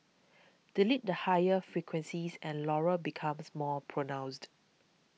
delete the higher frequencies and Laurel becomes more pronounced